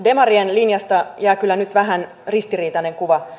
demarien linjasta jää kyllä nyt vähän ristiriitainen kuva